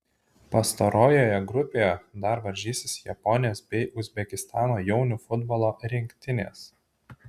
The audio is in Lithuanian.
pastarojoje grupėje dar varžysis japonijos bei uzbekistano jaunių futbolo rinktinės